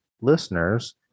listeners